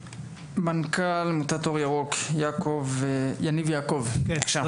מנכ"ל עמותת אור ירוק, יניב יעקב, בבקשה.